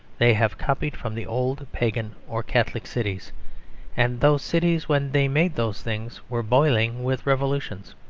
they have copied from the old pagan or catholic cities and those cities, when they made those things, were boiling with revolutions.